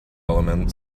elements